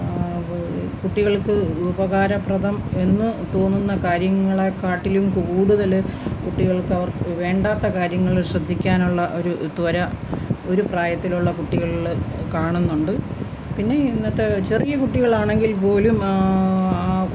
കുട്ടികൾക്ക് ഉപകാരപ്രദം എന്നു തോന്നുന്ന കാര്യങ്ങളെക്കാട്ടിലും കൂടുതൽ കുട്ടികൾക്ക് അവർ വേണ്ടാത്ത കാര്യങ്ങൾ ശ്രദ്ധിക്കാനുള്ള ഒരു ത്വര ഒരു പ്രായത്തിലുള്ള കുട്ടികളിൽ കാണുന്നുണ്ട് പിന്നെ ഇന്നത്തെ ചെറിയ കുട്ടികളാണെങ്കിൽ പോലും